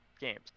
games